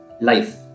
life